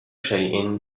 شيء